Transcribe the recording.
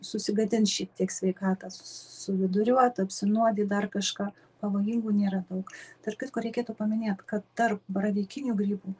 susigadint šiek tiek sveikatą suviduriuot apsinuodyt dar kažką pavojingų nėra daug tarp kitko reikėtų paminėt kad tarp baravykinių grybų